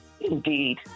Indeed